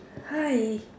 hi